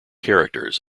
characters